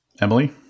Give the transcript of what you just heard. Emily